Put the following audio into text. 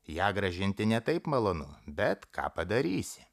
ją grąžinti ne taip malonu bet ką padarysi